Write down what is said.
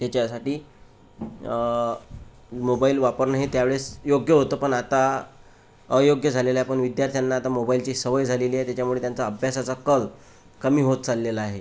तेच्यासाठी मोबाईल वापरणे हे त्या वेळेस योग्य होतं पण आता अयोग्य झालेलं आहे पण विद्यार्थ्यांना आता मोबाईलची सवय झालेली आहे त्याच्यामुळे त्यांचा अभ्यासाचा कल कमी होत चाललेला आहे